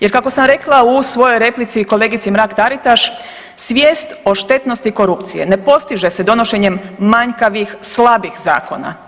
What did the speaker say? Jer kako sam rekla u svojoj replici kolegici Mrak Taritaš, svijest o štetnosti korupcije ne postiže se donošenjem manjkavih, slabih zakona.